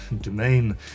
domain